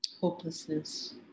Hopelessness